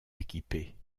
équipés